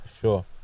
sure